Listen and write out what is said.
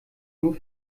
nur